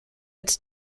its